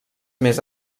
més